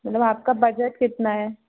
मतलब आपका बजट कितना है